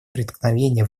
преткновения